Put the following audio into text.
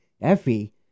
Effie